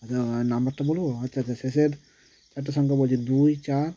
আর নাম্বারটা বলব আচ্ছা আচ্ছা শেষের চারটে সংখ্যা বলছি দুই চার